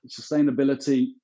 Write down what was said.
sustainability